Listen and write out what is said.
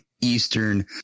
Eastern